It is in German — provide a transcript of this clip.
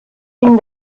ihnen